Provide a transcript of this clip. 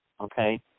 okay